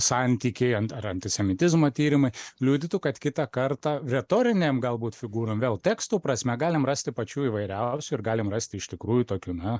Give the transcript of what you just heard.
santykiai ant ar antisemitizmo tyrimai liudytų kad kitą kartą retorinėm galbūt figūrom vėl tekstų prasme galime rasti pačių įvairiausių ir galim rasti iš tikrųjų tokių na